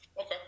Okay